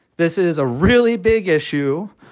this is a really big issue.